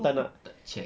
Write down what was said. aku tak check